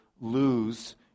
lose